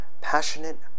Passionate